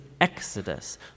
exodus